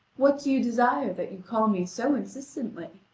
what do you desire that you call me so insistently?